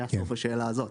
זה היה סוף השאלה הזאת.